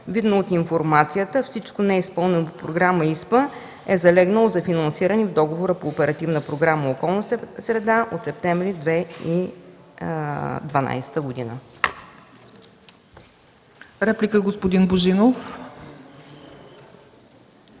Видно от информацията, всичко, неизпълнено по Програма ИСПА, е залегнало за финансиране в договора по Оперативна програма „Околна среда” от септември 2012 г.